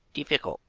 difficult,